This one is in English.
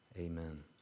Amen